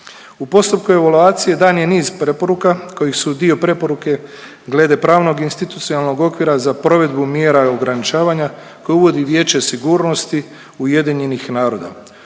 U postupku je evaluacije dan je niz preporuka kojeg su dio preporuke glede pravnog institucionalnog okvira za provedbu mjera ograničavanja koje uvodi Vijeće sigurnosti Ujedinjenih naroda.